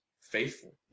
faithful